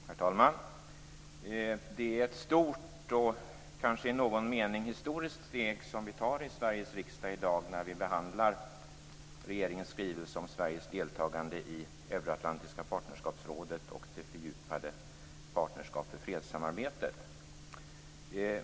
Herr talman! Det är ett stort och kanske i någon mening historiskt steg som vi tar i Sveriges riksdag i dag, när vi behandlar regeringens skrivelse om Sveriges deltagande i Euroatlantiska partnerskapsrådet och det fördjupade Partnerskap-för-fred-samarbetet.